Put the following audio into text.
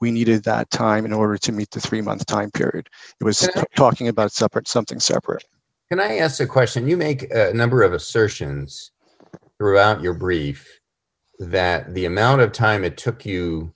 we needed that time in order to meet the three month time period it was talking about separate something separate and i asked a question you make a number of assertions throughout your brief that the amount of time it took you